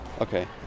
Okay